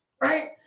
right